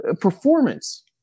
performance